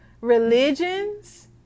religions